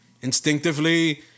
instinctively